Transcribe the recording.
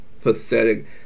pathetic